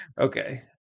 Okay